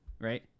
right